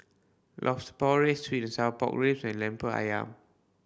Lobster Porridge sweet and sour pork ribs and Lemper Ayam